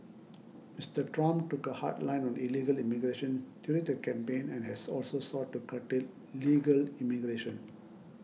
Mister Trump took a hard line on illegal immigration during the campaign and has also sought to curtail legal immigration